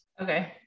Okay